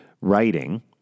writing